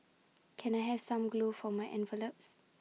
can I have some glue for my envelopes